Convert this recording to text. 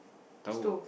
towel